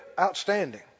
outstanding